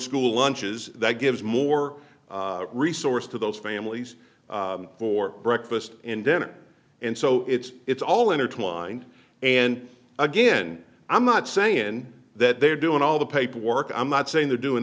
school lunches that gives more resources to those families for breakfast and dinner and so it's it's all intertwined and again i'm not saying that they're doing all the paperwork i'm not saying they're doing